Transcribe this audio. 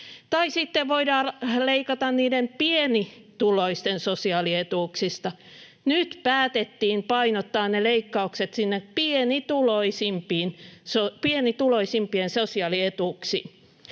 tai sitten voidaan leikata niiden pienituloisten sosiaalietuuksista. Nyt päätettiin painottaa ne leikkaukset sinne pienituloisimpiin, pienituloisimpien